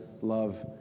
love